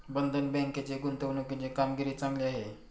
बंधन बँकेची गुंतवणुकीची कामगिरी चांगली आहे